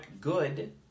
good